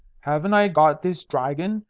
haven't i got this dragon,